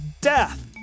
Death